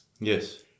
Yes